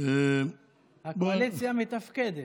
הקואליציה מתפקדת.